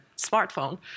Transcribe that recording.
smartphone